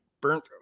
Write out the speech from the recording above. burnt